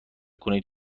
کنید